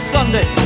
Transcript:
Sunday